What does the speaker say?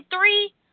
three